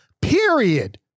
period